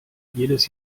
jedes